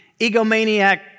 egomaniac